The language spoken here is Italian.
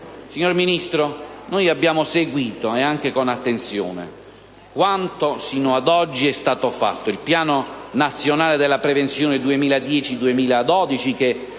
Signor Ministro, noi abbiamo seguito, e anche con attenzione, quanto sino ad oggi è stato fatto. Il Piano nazionale della prevenzione 2010-2012, che